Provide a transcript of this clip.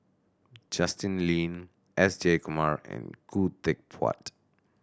Justin Lean S Jayakumar and Khoo Teck Puat